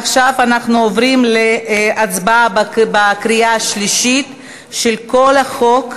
עכשיו אנחנו עוברים להצבעה בקריאה שלישית על כל החוק: